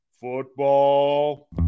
Football